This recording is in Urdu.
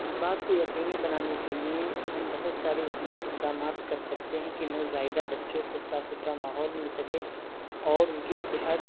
اس بات کو یقینی بنانے کے لیے ہم بہت سارے اقدامات کر سکتے ہیں کہ نو زائیدہ بچوں کو صاف ستھرا ماحول مل سکے اور ان کی صحت